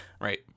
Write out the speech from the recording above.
Right